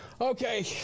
Okay